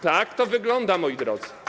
Tak to wygląda, moi drodzy.